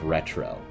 Retro